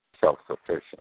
self-sufficient